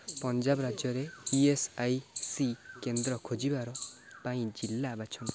ପଞ୍ଜାବ ରାଜ୍ୟରେ E S I C କେନ୍ଦ୍ର ଖୋଜିବାର ପାଇଁ ଜିଲ୍ଲା ବାଛନ୍ତୁ